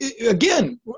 again